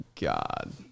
God